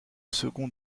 second